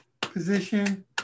position